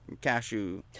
cashew